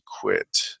quit